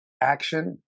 action